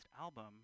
album